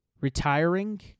retiring